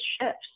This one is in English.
shifts